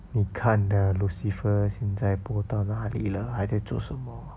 你看的 lucifer 现在播到哪里了他在做什么